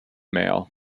mail